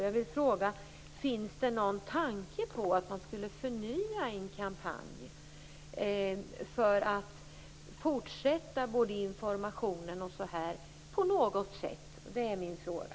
Jag vill fråga: Finns det någon tanke om en ny kampanj för att fortsätta med den här informationen på något sätt? Det är min fråga.